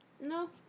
No